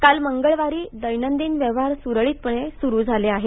काल मंगळवारी दैनदिन व्यवहार सुरळीतपणे सुरु झाले आहेत